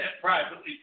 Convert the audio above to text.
privately